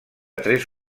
tres